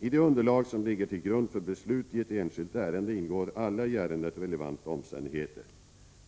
I det underlag som ligger till grund för beslut i ett enskilt ärende ingår alla i ärendet relevanta omständigheter.